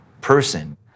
person